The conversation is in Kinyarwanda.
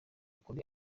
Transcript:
kure